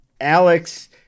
Alex